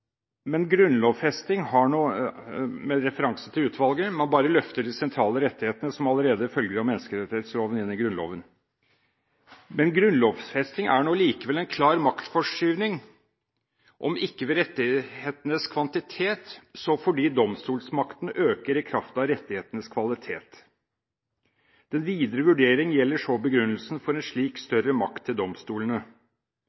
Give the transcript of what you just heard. med referanse til utvalget, at forslaget «bare løfter de sentrale rettighetene, som allerede følger av menneskerettsloven, inn i Grunnloven. Men grunnlovfesting er nå likevel en klar maktforskyvning, om ikke ved rettighetenes kvantitet, så fordi domstolsmakten øker i kraft av rettighetenes kvalitet». Videre sier han: «Den videre vurdering gjelder så begrunnelsen for en slik